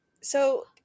so-